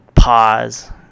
pause